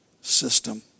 system